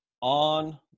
on